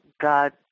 God